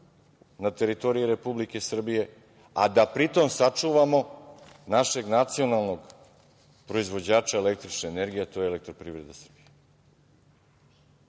na teritoriji Republike Srbije, a da pri tome sačuvamo našeg nacionalnog proizvođača električne energije, a to je EPS, da mu